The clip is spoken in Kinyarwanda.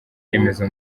remezo